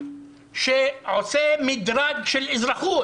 שעושה מדרג של אזרחות